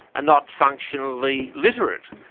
and not functionally illiterate,